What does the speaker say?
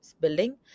building